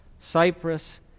Cyprus